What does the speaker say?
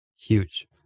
huge